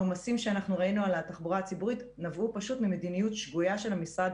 העומסים שראינו על התחבורה הציבורית נבעו פשוט ממדיניות שגויה של המשרד,